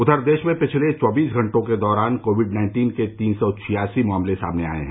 उधर देश में पिछले चौबीस घंटों के दौरान कोविड नाइन्टीन के तीन सौ छियासी मामले सामने आये हैं